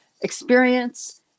experience